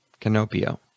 Canopio